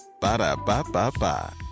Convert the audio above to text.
Ba-da-ba-ba-ba